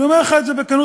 אני אומר לך את זה בכנות.